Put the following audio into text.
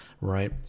right